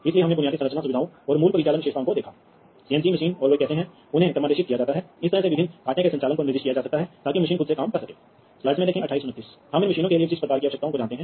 अब यह तारों की मात्रा को देखो इसलिए तीन के लिए आपको छह तीन जोड़ी कंडक्टर चलाने की आवश्यकता है